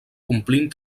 complint